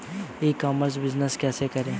ई commerce business कैसे करें?